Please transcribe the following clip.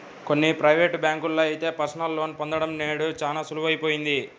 కొన్ని ప్రైవేటు బ్యాంకుల్లో అయితే పర్సనల్ లోన్ పొందడం నేడు చాలా సులువయిపోయింది